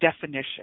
definition